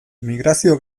migrazio